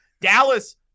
dallas